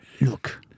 Look